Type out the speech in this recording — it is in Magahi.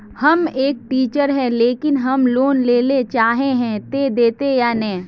हम एक टीचर है लेकिन हम लोन लेले चाहे है ते देते या नय?